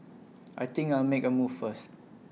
I think I'll make A move first